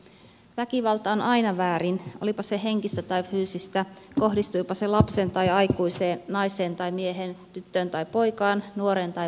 väkivalta on aina väärin olipa se henkistä tai fyysistä kohdistuipa se lapseen tai aikuiseen naiseen tai mieheen tyttöön tai poikaan nuoreen tai vanhukseen